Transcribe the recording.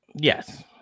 Yes